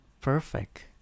perfect